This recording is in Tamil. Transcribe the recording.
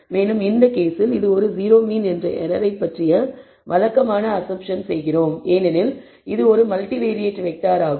மேலும் இந்த கேஸில் இது ஒரு 0 மீன் என்ற எரரை பற்றிய வழக்கமான அஸம்ஷன் செய்கிறோம் ஏனெனில் இது ஒரு மல்டிவேறியேட் வெக்டார் ஆகும்